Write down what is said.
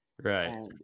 right